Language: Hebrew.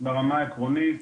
ברמה העקרונית,